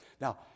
Now